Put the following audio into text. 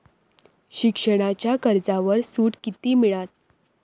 शिक्षणाच्या कर्जावर सूट किती मिळात?